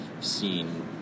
seen